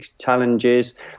challenges